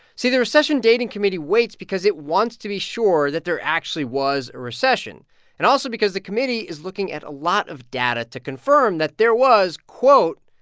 see. the recession dating committee waits because it wants to be sure that there actually was a recession and also because the committee is looking at a lot of data to confirm that there was, quote,